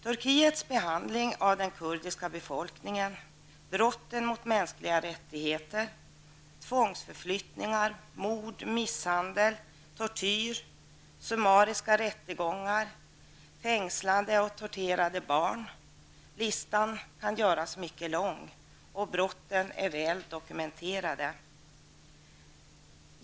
Turkiets behandling av den kurdiska befolkningen, brotten mot mänskliga rättigheter, tvångsförflyttningar, mord, misshandel, tortyr, summariska rättegångar, fängslade och torterade barn -- listan kan göras mycket lång, och brotten är väl dokumenterade.